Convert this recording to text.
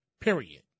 Period